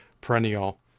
perennial